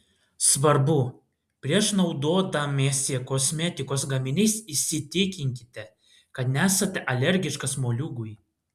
svarbu prieš naudodamiesi kosmetikos gaminiais įsitikinkite kad nesate alergiškas moliūgui